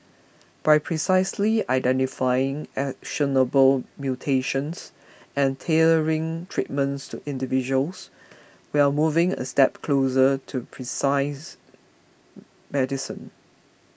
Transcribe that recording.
by precisely identifying actionable mutations and tailoring treatments to individuals we are moving a step closer to medicine